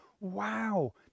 wow